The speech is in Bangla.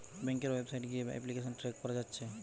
ব্যাংকের ওয়েবসাইট গিয়ে এপ্লিকেশন ট্র্যাক কোরা যাচ্ছে